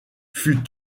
fut